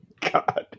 God